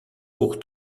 pour